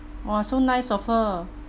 !wah! so nice of her